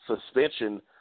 suspension